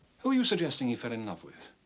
who are you suggesting he fell in love with?